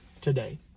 today